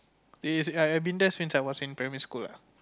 it's I've been there since I was in primary school lah